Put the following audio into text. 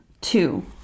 Two